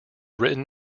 written